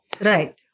Right